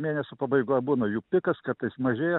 mėnesio pabaigoj būna jų pikas kartais mažėja